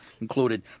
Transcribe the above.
included